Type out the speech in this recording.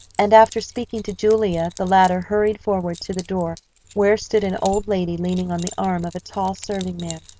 and after speaking to julia the latter hurried forward to the door where stood an old lady leaning on the arm of a tall serving man.